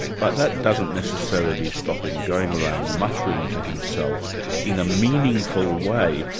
but that doesn't necessarily stop him going around muttering to himself in a meaningful way,